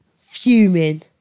fuming